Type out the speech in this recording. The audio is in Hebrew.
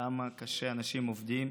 כמה קשה אנשים עובדים,